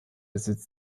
sitz